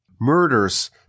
murders